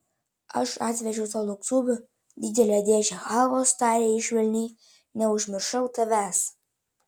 aš atvežiau tau lauktuvių didelę dėžę chalvos tarė jis švelniai neužmiršau tavęs